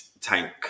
Tank